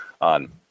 on